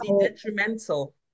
detrimental